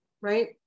Right